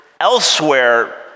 elsewhere